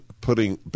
putting